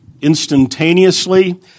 instantaneously